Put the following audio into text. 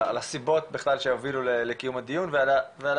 על הסיבות שהובילו בכלל לקיום הדיון ועל